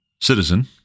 citizen